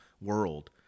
world